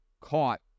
caught